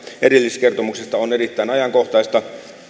erilliskertomuksesta on erittäin ajankohtainen